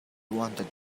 wanted